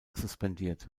suspendiert